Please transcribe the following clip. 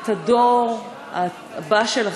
את הדור הבא שלכם.